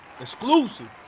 Exclusive